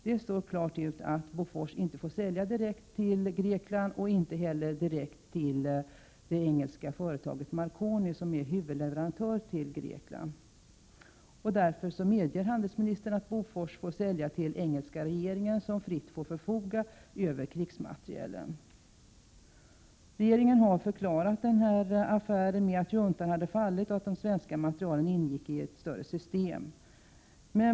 Det står klart att Bofors inte får sälja direkt till Grekland och inte heller direkt till det engelska företaget Marconi, som är huvudleverantör till Grekland. Därför medger handelsministern att Bofors får sälja till engelska regeringen, som fritt får förfoga över krigsmaterielen. Regeringen har förklarat denna affär med att juntan hade fallit och att de svenska materielen ingick i ett större system.